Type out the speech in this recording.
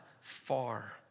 far